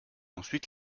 ensuite